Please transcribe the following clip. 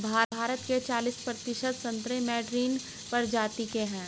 भारत के चालिस प्रतिशत संतरे मैडरीन प्रजाति के हैं